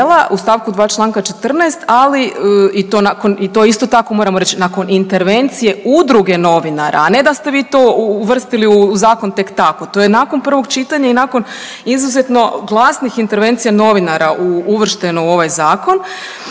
u stavku 2. članka 14., ali i to isto tako moramo reći nakon intervencije Udruge novinara, a ne da ste vi to uvrstili u zakon tek tako. To je nakon prvog čitanja i nakon izuzetno glasnih intervencija novinara uvršteno u ovoj zakon.